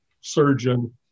surgeon